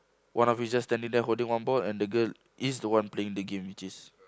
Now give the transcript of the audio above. one of which is just standing there holding one ball and the girl is the one playing the game which is